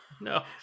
No